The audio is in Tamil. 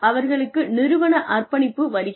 அவர்களுக்கு நிறுவன அர்ப்பணிப்பு வருகிறது